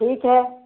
ठीक है